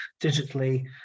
digitally